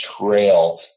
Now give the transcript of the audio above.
trail